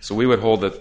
so we would hold th